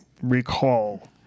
recall